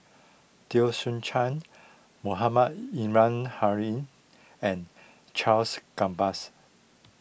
Teo Soon Chuan Mohamed Ismail and Charles Gambas